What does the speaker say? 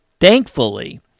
thankfully –